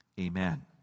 Amen